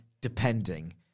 depending